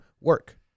work